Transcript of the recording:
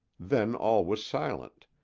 then all was silent,